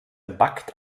backt